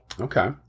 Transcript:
okay